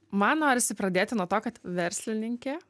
man norisi pradėti nuo to kad verslininkė